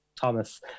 Thomas